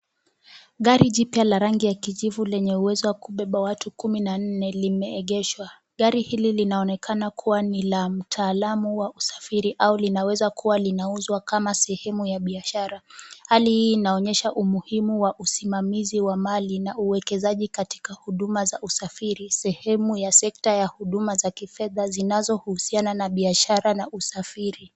Gari jipya la rangi ya kijivu lenye uwezo wa kubeba watu kumi na nne limeegeshwa. Gari hili linaonekana kuwa ni la mtaalamu wa usafiri au linaweza kuwa linauzwa kama sehemu ya biashara. Hali hii inaonyesha umuhimu wa usimamizi wa mali na uezekaji katika huduma za usafiri, sehemu ya sekta ya huduma za kifedha zinazohusiana na biashara na usafiri.